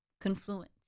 confluence